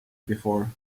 before